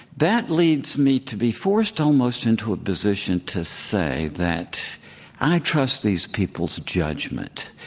that leads me to be forced almost into a position to say that i trust these people's judgment.